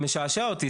משעשע אותי,